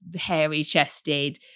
hairy-chested